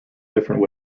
different